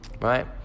right